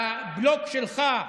בבלוק שלך,